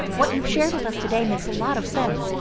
what you've shared with us today makes a lot of sense,